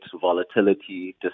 volatility